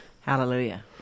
Hallelujah